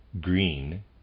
green